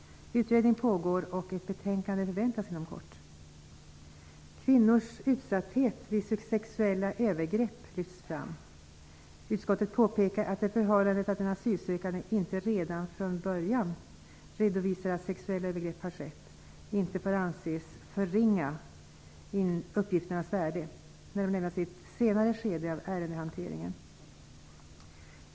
Utredning pågår, och ett betänkande förväntas inom kort. Kvinnors utsatthet vid sexuella övergrepp lyfts fram. Utskottet påpekar att det förhållandet att en asylsökande inte redan från början redovisar att sexuella övergrepp har skett inte får anses förringa uppgifternas värde, när de lämnas i ett senare skede av ärendehanteringen.